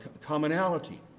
commonality